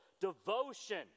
devotion